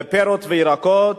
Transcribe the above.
בפירות וירקות,